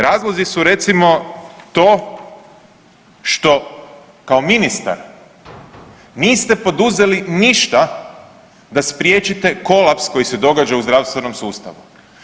Razlozi su recimo to što kao ministar niste poduzeli ništa da spriječite kolaps koji se događa u zdravstvenom sustavu.